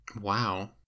Wow